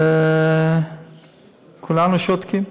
וכולנו שותקים.